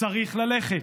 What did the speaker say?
צריך ללכת,